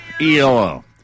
ELO